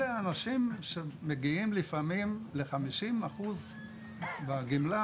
אלה אנשים שמגיעים לפעמים לכ-50% בגמלה,